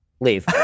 Leave